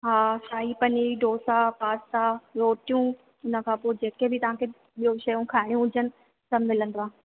हा शाही पनीर डोसा पास्ता रोटियूं हिन खां पोइ जेके बि तव्हांखे ॿियो शयूं खाइणी हुजनि सभु मिलंदो आहे